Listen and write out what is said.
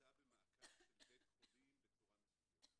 נמצא במעקב של בית חולים בצורה מסודרת.